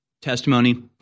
Testimony